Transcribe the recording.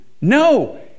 no